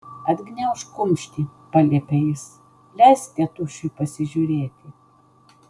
atgniaužk kumštį paliepė jis leisk tėtušiui pasižiūrėti